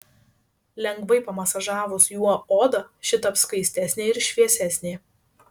lengvai pamasažavus juo odą ši taps skaistesnė ir šviesesnė